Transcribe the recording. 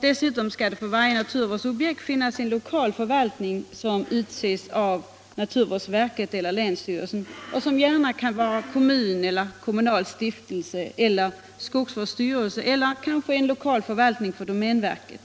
Dessutom skall det för varje naturvårdsobjekt finnas en lokal förvaltare som utses av naturvårdsverket eller länsstyrelsen och som gärna kan vara kommun, kommunal stiftelse, skogsvårdsstyrelse eller kanske en lokal förvaltning för domänverket.